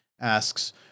asks